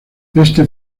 este